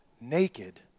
naked